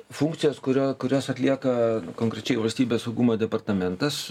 funkcijas kurio kurias atlieka konkrečiai valstybės saugumo departamentas